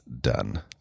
done